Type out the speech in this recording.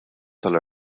tal